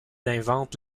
invente